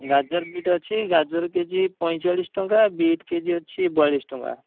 ଗାଜର ବିଟ୍ ଅଛି ଗାଜର କେ ଜି ପଇଁଚାଳିଶ ଟଙ୍କା ବିଟ୍ କେ ଜି ଅଛି ବୟାଳିଶ ଟଙ୍କା